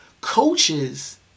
coaches